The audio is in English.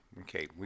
okay